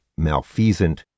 malfeasant